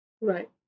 Right